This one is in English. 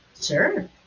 Sure